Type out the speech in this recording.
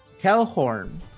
Kelhorn